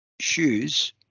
shoes